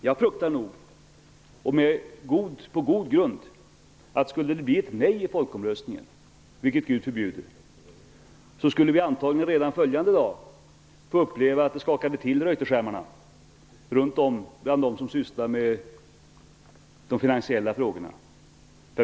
Jag fruktar på god grund, att om det skulle bli ett nej i folkomröstningen, vilket Gud förbjude, skulle vi antagligen redan följande dag få uppleva att det skakade till i Reuterskärmarna runt om hos dem som sysslar med de finansiella frågorna.